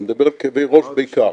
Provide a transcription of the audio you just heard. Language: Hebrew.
אני מדבר על כאבי ראש בעיקר.